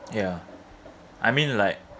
ya I mean like